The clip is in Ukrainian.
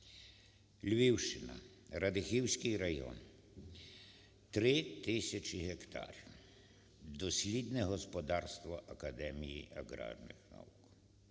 Львівщина, Радехівський район, 3 тисячі гектарів – дослідне господарство Академії аграрних наук.